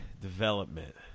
development